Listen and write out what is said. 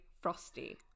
frosty